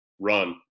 run